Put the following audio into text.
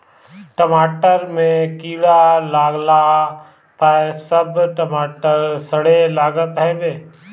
टमाटर में कीड़ा लागला पअ सब टमाटर सड़े लागत हवे